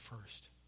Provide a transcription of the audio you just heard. first